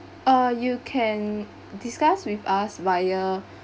uh you can discuss with us via